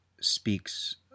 speaks